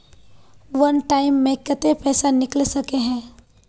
वन time मैं केते पैसा निकले सके है?